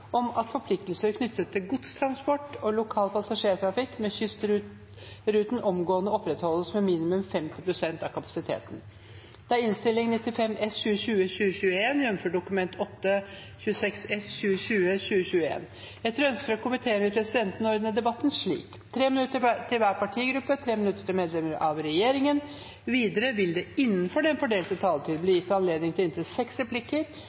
om ordet til sakene nr. 2 og 3. Etter ønske fra transport- og kommunikasjonskomiteen vil presidenten ordne debatten slik: 3 minutter til hver partigruppe og 3 minutter til medlemmer av regjeringen. Videre vil det – innenfor den fordelte taletid – bli gitt anledning til inntil seks replikker